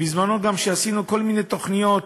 בזמנו כשעשינו כל מיני תוכניות